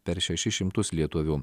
per šešis šimtus lietuvių